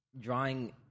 drawing